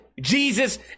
Jesus